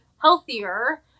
healthier